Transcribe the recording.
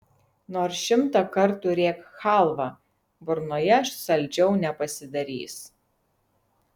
nors šimtą kartų rėk chalva burnoje saldžiau nepasidarys